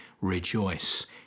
Rejoice